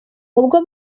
ubwo